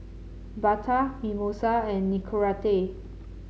Bata Mimosa and Nicorette